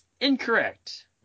Incorrect